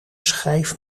schijf